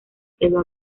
quedó